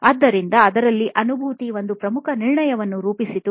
ಆದ್ದರಿಂದ ಅದರಲ್ಲಿ ಅನುಭೂತಿ ಒಂದು ಪ್ರಮುಖ ನಿರ್ಣಯವನ್ನು ರೂಪಿಸಿತು